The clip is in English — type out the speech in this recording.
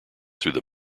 through